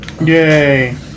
yay